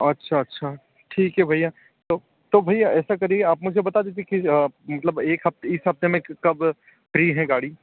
अच्छा अच्छा ठीक है भइया तो तो भइया ऐसा करिए आप मुझे बता दीजिए कि मतलब एक इस हफ्ते में किस कब फ्री है गाड़ी